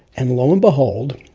and lo and behold,